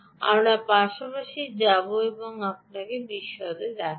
আমরা পাশাপাশি যাব আমি আপনাকে বিশদ দেব